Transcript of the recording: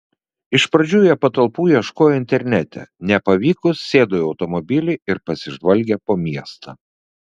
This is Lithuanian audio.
iš pradžių jie patalpų ieškojo internete nepavykus sėdo į automobilį ir pasižvalgė po miestą